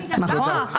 נכון?